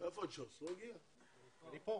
שלום לכולם.